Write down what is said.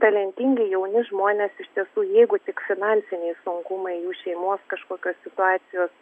talentingi jauni žmonės iš tiesų jeigu tik finansiniai sunkumai jų šeimos kažkokios situacijos